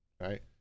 right